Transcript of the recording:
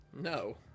no